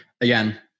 again